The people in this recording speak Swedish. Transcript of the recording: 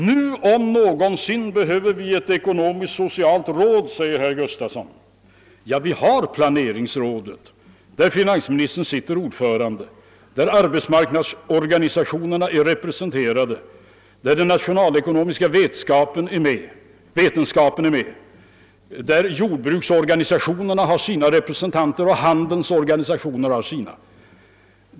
Herr Gustafson i Göteborg sade vidare att vi nu om någonsin behöver ett ekonomisk-socialt råd. Vi har planeringsrådet, där finansministern är ordförande, där arbetsmarknadsorganisationerna är representerade, där den nationalekonomiska vetenskapen är med, där jordbruksorganisationerna har sina representanter och handelns organisationer sina.